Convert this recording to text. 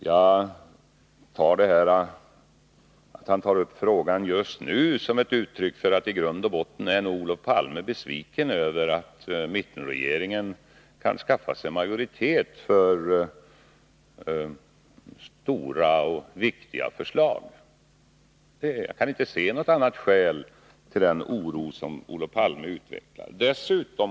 Det förhållandet att Olof Palme tar upp frågan just nu ser jag som ett uttryck för att han i grund och botten är besviken över att mittenregeringen kan skaffa sig majoritet för stora och viktiga förslag. Jag kan inte se något annat skäl till den oro som Olof Palme utvecklar.